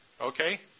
Okay